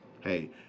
Hey